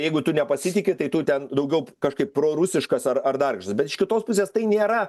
jeigu tu nepasitiki tai tu ten daugiau kažkaip prorusiškas ar ar dar bet iš kitos pusės tai nėra